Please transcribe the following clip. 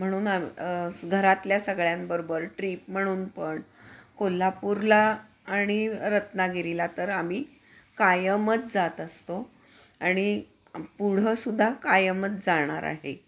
म्हणून आम घरातल्या सगळ्यांबरोबर ट्रीप म्हणून पण कोल्हापूरला आणि रत्नागिरीला तर आम्ही कायमच जात असतो आणि पुढं सुद्धा कायमच जाणार आहे